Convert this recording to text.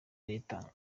leta